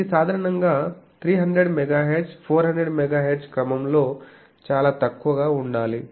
ఇది సాధారణంగా 300MHz 400 MHz క్రమంలో చాలా తక్కువగా ఉండాలి